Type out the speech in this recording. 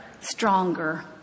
stronger